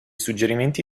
suggerimenti